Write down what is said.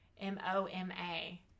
M-O-M-A